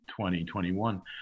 2021